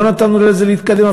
לא נתנו לזה להתקדם,